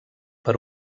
per